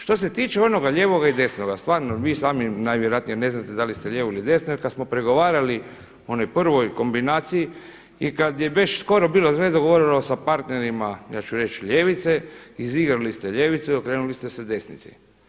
Što se tiče onoga lijevog i desnoga, stvarno vi sami najvjerojatnije ne znate da li ste lijevo ili desno jer kada smo pregovarali o onoj prvoj kombinaciji i kada je već skoro bilo sve dogovoreno sa partnerima, ja ću reći ljevice, izigrali ste ljevicu i okrenuli ste se desnici.